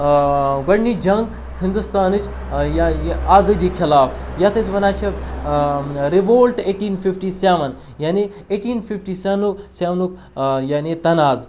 گۄڈنِچ جنٛگ ہِندوستانٕچ آزٲدی خلاف یَتھ أسۍ وَنان چھِ رِوولٹہٕ ایٹیٖن فِفٹی سٮ۪وَن یعنے ایٹیٖن فِفٹی سٮ۪ونُک سٮ۪ونُک یعنے تناز